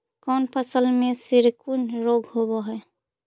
कोन फ़सल में सिकुड़न रोग होब है?